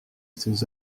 ses